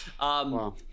Wow